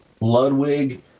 Ludwig